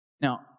Now